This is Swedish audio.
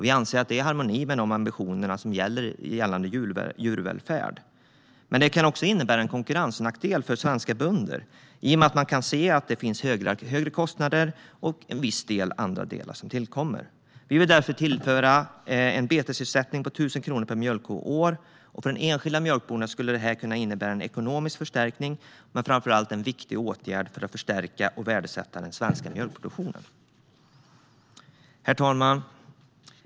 Vi anser att det är i harmoni med de ambitioner gällande djurvälfärd vi har, men det kan också innebära en konkurrensnackdel för svenska bönder i och med att högre kostnader och vissa andra delar tillkommer. Vi vill därför införa en betesersättning på 1 000 kronor per mjölkko och år. För den enskilda mjölkbonden skulle det innebära en ekonomisk förstärkning, men det är framför allt en viktig åtgärd för att förstärka och värdesätta den svenska mjölkproduktionen. Herr talman!